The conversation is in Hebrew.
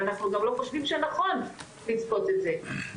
ואנחנו לא חושבים שנכון לצפות את זה.